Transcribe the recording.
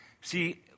See